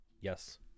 Yes